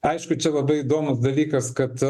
aišku čia labai įdomus dalykas kad